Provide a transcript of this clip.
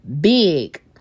big